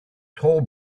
toll